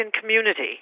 community